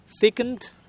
thickened